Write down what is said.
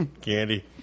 Candy